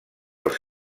els